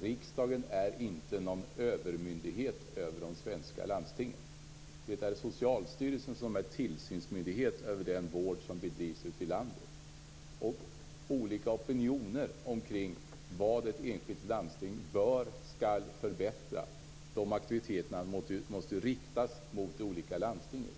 riksdagen är inte någon övermyndighet över de svenska landstingen. Det är Socialstyrelsen som är tillsynsmyndighet över den vård som bedrivs ute i landet. Olika opinioner kring vad ett enskilt landsting bör och skall förbättra är aktiviteter som måste riktas mot de olika landstingen.